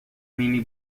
مینی